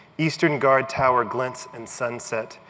eastern guard tower glints in sunset.